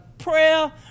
Prayer